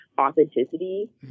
authenticity